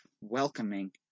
welcoming